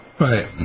Right